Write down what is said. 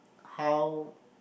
how